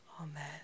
Amen